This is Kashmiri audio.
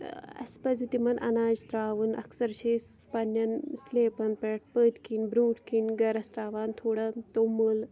اَسہِ پَزِ تِمَن اَناج ترٛاوُن اَکثر چھِ أسۍ پنٛنٮ۪ن سٕلیپَن پٮ۪ٹھ پٔتۍ کِنۍ برٛوٗنٛٹھۍ کِنۍ گَرَس ترٛاوان تھوڑا توٚمُل